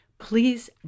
Please